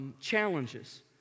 challenges